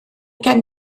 gen